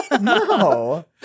No